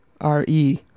R-E